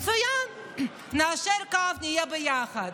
מצוין, ניישר קו, נהיה ביחד.